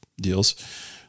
deals